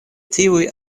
tiuj